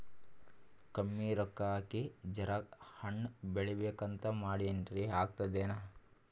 ಕಮ್ಮಿ ರೊಕ್ಕ ಹಾಕಿ ಜರಾ ಹಣ್ ಬೆಳಿಬೇಕಂತ ಮಾಡಿನ್ರಿ, ಆಗ್ತದೇನ?